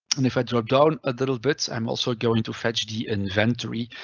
and if i dropped down a little bit, i'm also going to fetch the inventory